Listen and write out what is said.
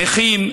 נכים,